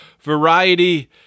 variety